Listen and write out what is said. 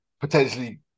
potentially